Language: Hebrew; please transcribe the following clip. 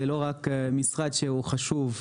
שזה לא רק משרד שהוא חשוב.